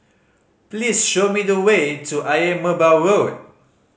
please show me the way to Ayer Merbau Road